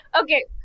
Okay